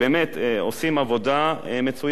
שבאמת עושים עבודה מצוינת.